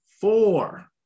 four